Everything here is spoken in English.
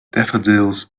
daffodils